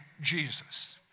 Jesus